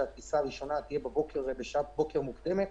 שהטיסה הראשונה תהיה בבוקר בשעת בוקר מוקדם,